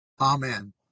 Amen